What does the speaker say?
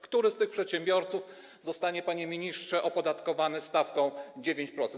Który z tych przedsiębiorców zostanie, panie ministrze, opodatkowany stawką 9%?